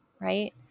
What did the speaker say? right